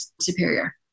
superior